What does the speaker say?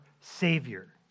Savior